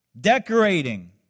Decorating